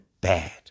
bad